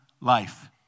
life